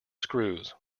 screws